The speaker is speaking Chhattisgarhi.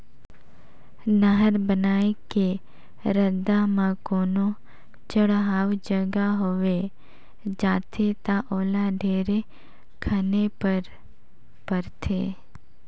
नहर बनाए के रद्दा म कोनो चड़हउ जघा होवे जाथे ता ओला ढेरे खने पर परथे